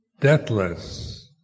deathless